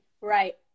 Right